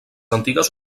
antigues